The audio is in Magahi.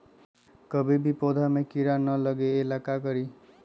कभी भी पौधा में कीरा न लगे ये ला का करी?